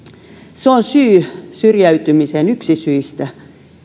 se on syy syrjäytymiseen yksi syistä